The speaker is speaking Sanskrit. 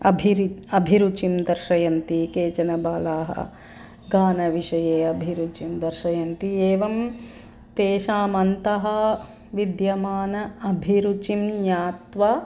अभिर् अभिरुचिं दर्शयन्ति केचन बालाः गानविषये अभिरुचिं दर्शयन्ति एवं तेषाम् अन्तः विद्यमानां अभिरुचिं ज्ञात्वा